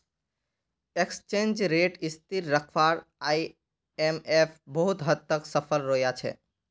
exchange rate स्थिर रखवात IMF बहुत हद तक सफल रोया छे